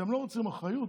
אתם לא רוצים אחריות.